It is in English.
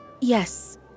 Yes